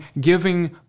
giving